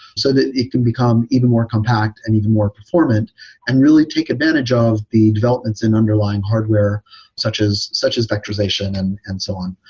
so that it can become even more compact and even more performant and really take advantage of the developments and underlying hardware such as such as vectorization and and so on.